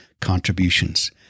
contributions